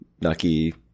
Nucky